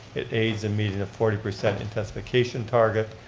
it aids in meeting a forty percent intensification target.